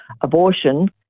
abortion